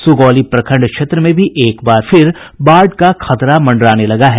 सुगौली प्रखंड क्षेत्र में भी एक बार फिर बाढ़ का खतरा मंडराने लगा है